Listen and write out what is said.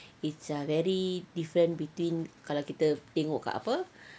is ah very different between kalau kita tengok dekat apa